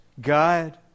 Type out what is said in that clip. God